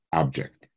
object